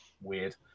weird